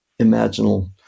imaginal